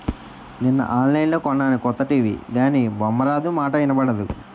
నిన్న ఆన్లైన్లో కొన్నాను కొత్త టీ.వి గానీ బొమ్మారాదు, మాటా ఇనబడదు